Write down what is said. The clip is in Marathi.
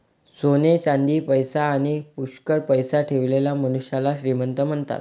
सोने चांदी, पैसा आणी पुष्कळ पैसा ठेवलेल्या मनुष्याला श्रीमंत म्हणतात